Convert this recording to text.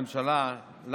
וגם את הממשלה,